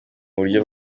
buryo